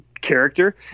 character